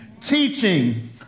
Teaching